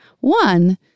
One